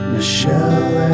Michelle